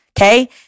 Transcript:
Okay